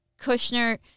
Kushner